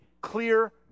clear